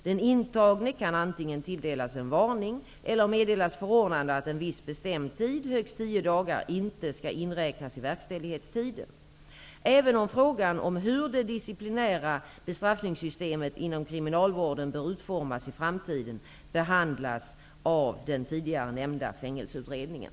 Den intagne kan antingen tilldelas en varning eller meddelas förordnande att en viss bestämd tid, högst tio dagar, inte skall inräknas i verkställighetstiden. Även frågan om hur det disciplinära bestraffningssystemet inom kriminalvården bör utformas i framtiden behandlas av den tidigare nämnda Fängelseutredningen.